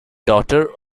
daughter